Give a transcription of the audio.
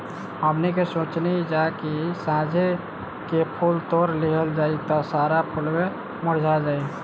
हमनी के सोचनी जा की साझे के फूल तोड़ लिहल जाइ त सारा फुलवे मुरझा जाइ